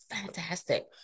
fantastic